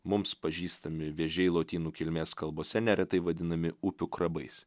mums pažįstami vėžiai lotynų kilmės kalbose neretai vadinami upių krabais